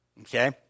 Okay